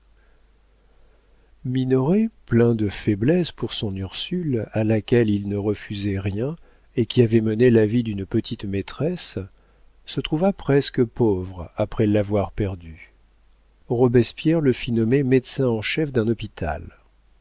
minoret plein de faiblesse pour son ursule à laquelle il ne refusait rien et qui avait mené la vie d'une petite-maîtresse se trouva presque pauvre après l'avoir perdue robespierre le fit nommer médecin en chef d'un hôpital